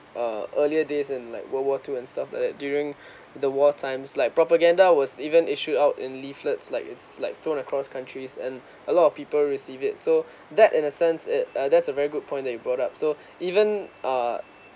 uh earlier days in like world war two and stuff like that during the war times like propaganda was even issued out in leaflets like it's like thrown across countries and a lot of people receive it so that in a sense it uh that's a very good point that you brought up so even err